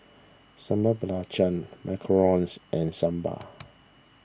Sambal Belacan Macarons and Sambal